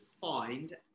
find